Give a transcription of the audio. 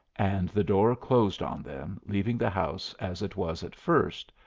and the door closed on them, leaving the house as it was at first,